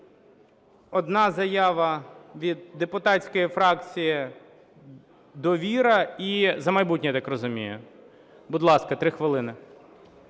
Одна заява від депутатської фракції "Довіра", і "За майбутнє", я так розумію. Будь ласка, 3 хвилини.